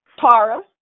Tara